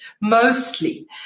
mostly